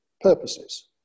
purposes